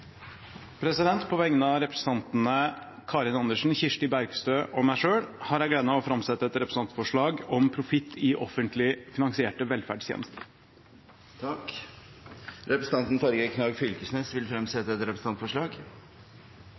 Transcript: representantforslag. På vegne av representantene Karin Andersen, Kirsti Bergstø og meg selv har jeg gleden av å framsette et representantforslag om profitt i offentlig finansierte velferdstjenester. Representanten Torgeir Knag Fylkesnes vil fremsette et representantforslag.